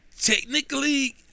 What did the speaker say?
technically